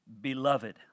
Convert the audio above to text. beloved